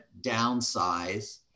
downsize